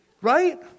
Right